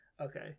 Okay